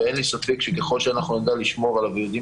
ואין לי ספק שככל שאנחנו נדע לשמור על הוויעודים